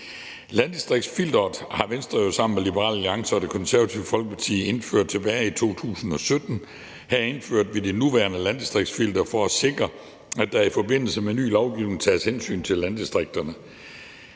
Landdistriktsfilteret har Venstre jo sammen med Liberal Alliance og Det Konservative Folkeparti indført tilbage i 2017. Her indførte vi det nuværende landdistriktsfilter for at sikre, at der i forbindelse med ny lovgivning tages hensyn til landdistrikterne,